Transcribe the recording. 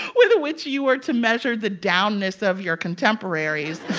with which you are to measure the down-ness of your contemporaries.